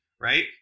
right